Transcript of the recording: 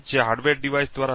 અહીં ઉપકરણ પર એક ઇનપુટ હશે